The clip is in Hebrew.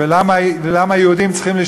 פתאום צריך האזרח החילוני,